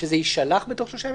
שזה יישלח בתוך שלושה ימים?